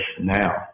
now